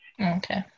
Okay